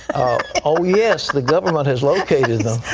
oh, yes. the government has located